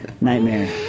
nightmare